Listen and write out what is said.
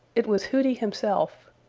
it was hooty himself.